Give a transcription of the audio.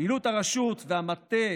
פעילות הרשות והמטה